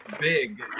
big